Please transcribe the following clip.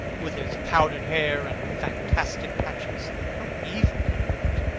with his powdered hair and fantastic patches? how evil he looked!